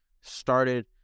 started